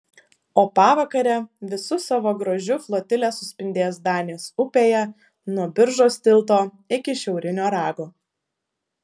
o pavakare visu savo grožiu flotilė suspindės danės upėje nuo biržos tilto iki šiaurinio rago